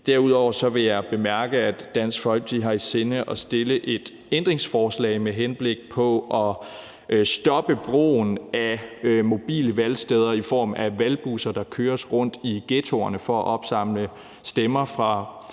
Derudover vil jeg bemærke, at Dansk Folkeparti har i sinde at stille et ændringsforslag med henblik på at stoppe brugen af mobile valgsteder i form af valgbusser, der køres rundt i ghettoerne for at opsamle stemmer fra personer,